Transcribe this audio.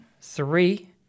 three